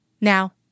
Now